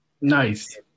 Nice